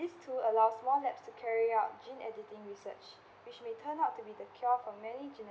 these two allow small labs to carry out gene editing research which may turn out to be the cure for many genetic